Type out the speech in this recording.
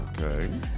Okay